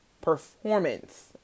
performance